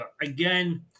Again